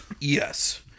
Yes